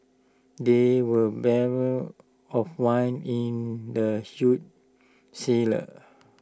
there were barrels of wine in the huge cellar